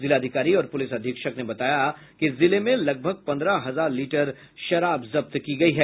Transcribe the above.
जिलाधिकारी और पुलिस अधीक्षक ने बताया कि जिले में लगभग पन्द्रह हजार लीटर शराब जब्त की गयी है